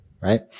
right